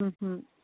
ꯎꯝ